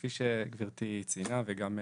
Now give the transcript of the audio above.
כפי שגברתי ציינה וגם דניאל,